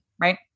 right